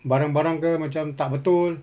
barang barang ke macam tak betul